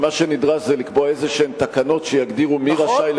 שמה שנדרש זה לקבוע תקנות כלשהן שיגדירו מי רשאי,